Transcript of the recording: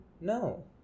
No